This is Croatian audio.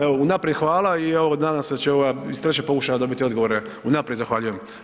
Evo unaprijed hvala i evo nadam se da će ova iz trećeg pokušaja dobiti odgovore, unaprijed zahvaljujem.